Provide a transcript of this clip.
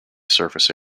surface